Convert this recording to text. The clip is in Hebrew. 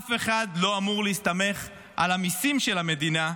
אף אחד לא אמור להסתמך על המיסים של המדינה,